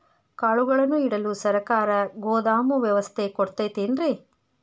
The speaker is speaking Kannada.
ಕಾಳುಗಳನ್ನುಇಡಲು ಸರಕಾರ ಗೋದಾಮು ವ್ಯವಸ್ಥೆ ಕೊಡತೈತೇನ್ರಿ?